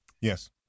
Yes